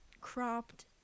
cropped